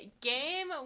game